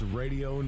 radio